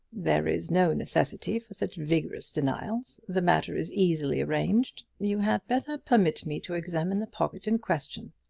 there is no necessity for such vigorous denials. the matter is easily arranged. you had better permit me to examine the pocket in question.